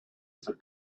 for